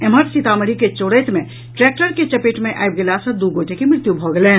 एम्हर सीतामढ़ी के चोरौत मे ट्रैक्टर के चपेट मे आबि गेला सॅ दू गोटे के मृत्यु भऽ गेलनि